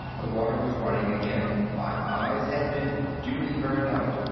the water was running again, my eyes had been duly burned out,